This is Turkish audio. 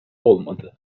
olmadı